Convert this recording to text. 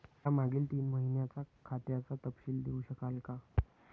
मला मागील तीन महिन्यांचा खात्याचा तपशील देऊ शकाल का?